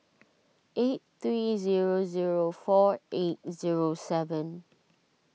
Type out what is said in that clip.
eight three zero zero four eight zero seven